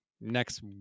next